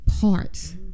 parts